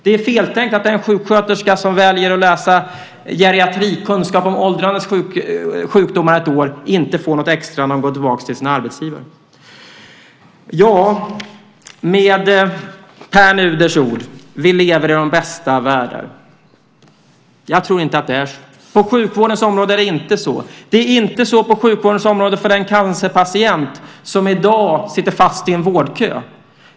Det är feltänkt att en sjuksköterska som väljer att läsa geriatrik, kunskap om åldrandets sjukdomar, ett år inte får något extra när hon går tillbaka till sin arbetsgivare. Med Pär Nuders ord: Vi lever i den bästa av världar. Jag tror inte att det är så. På sjukvårdens område är det inte så. Det är inte så på sjukvårdens område för den cancerpatient som i dag sitter fast i en vårdkö.